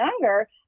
younger